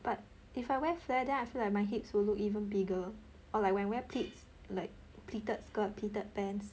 but if I wear flare then I feel like my hips will look even bigger or like when wear pleats like pleated skirt pleated pants